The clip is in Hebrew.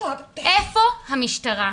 איפה המשטרה?